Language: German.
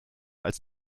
als